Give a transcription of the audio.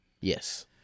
Yes